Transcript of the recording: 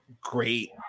great